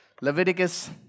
Leviticus